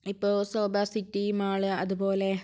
ഇപ്പോൾ Sobha city mall അതുപോലെ